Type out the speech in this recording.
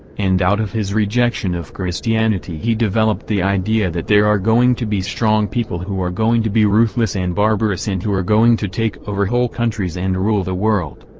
and out of his rejection of christianity he developed the idea that there are going to be strong people who are going to be ruthless and barbarous and who are going to take over whole countries and rule the world.